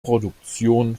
produktion